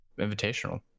invitational